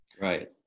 Right